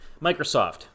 Microsoft